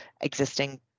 existing